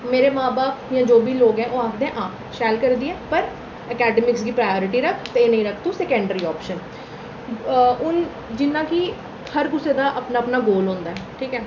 मेरे मां बब्ब न जो बी लोग न ओह् आखदे हां शैल करदी ऐ पर अकैडमिक गी तू प्राइमरी रख इसी रख तू सैकंडरी आप्शन हून जि'यां कि हर कुसै दा अपना अपना गोल होंदा ऐ ठीक ऐ